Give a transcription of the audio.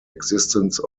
existence